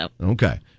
Okay